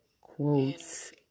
quotes